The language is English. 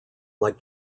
like